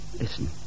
Listen